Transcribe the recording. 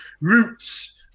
roots